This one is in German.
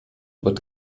wird